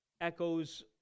echoes